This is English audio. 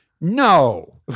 no